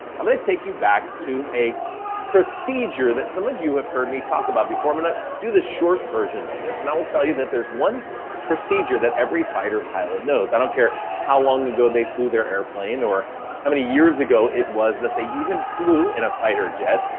i'm gonna take you back to a procedure that some of you have heard me talk about before. i'm and gonna the short version of this. and i will tell you that there's one procedure that every fighter pilot knows. i don't care how long ago they flew their airplane or how many years ago it was that they even flew in a fighter jet.